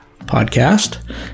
Podcast